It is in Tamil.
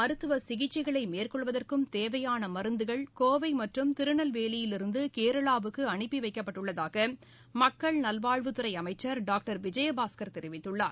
மருத்துவ சிகிச்சைகளை மேற்கொள்வதற்கும் தேவையான மருந்துகள் கோவை மற்றும் திருநெல்வேலியிலிருந்து கேரளாவுக்கு அனுப்பி வைக்கப்பட்டுள்ளதாக மக்கள் நல்வாழ்வுத் துறை அமைச்சர் திரு விஜயபாஸ்கர் தெரிவித்துள்ளார்